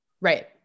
Right